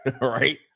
right